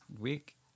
week